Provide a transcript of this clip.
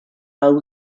hau